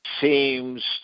seems